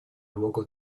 luogo